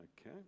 Okay